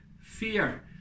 fear